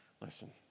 listen